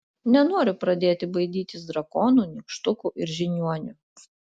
nenoriu pradėti baidytis drakonų nykštukų ir žiniuonių